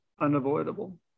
unavoidable